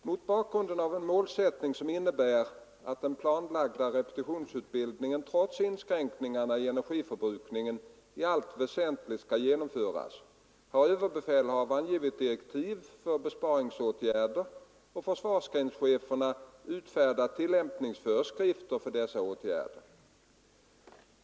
Mot bakgrund av en målsättning som innebär att den planlagda repetitionsutbildningen trots inskränkningar i energiförbrukningen i allt väsentligt skall genomföras har överbefälhavaren givit direktiv för besparingsåtgärder och försvarsgrenscheferna utfärdat tillämpningsföreskrifter för dessa åtgärder.